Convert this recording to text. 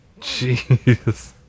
Jeez